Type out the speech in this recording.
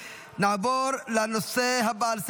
נעבור לנושא הבא על סדר-היום: